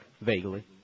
vaguely